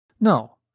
No